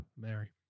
Mary